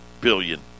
billion